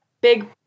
big